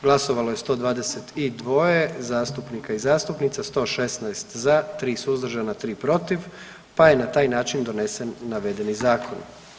Glasovalo je 122 zastupnika i zastupnica, 116 za, 3 suzdržana, 3 protiv, pa je na taj način donesen navedeni zakon.